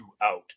out